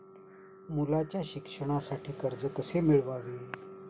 मुलाच्या शिक्षणासाठी कर्ज कसे मिळवावे?